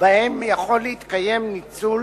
שבהן יכול להתקיים ניצול